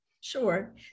Sure